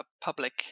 public